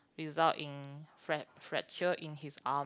result in fra~ fracture in his arm